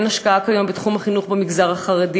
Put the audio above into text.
אין השקעה כיום בתחום החינוך במגזר החרדי